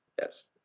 yes